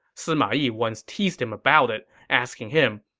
sima yi once teased him about it, asking him,